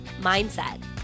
mindset